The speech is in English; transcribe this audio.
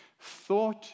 thought